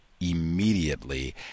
immediately